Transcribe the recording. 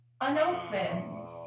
unopened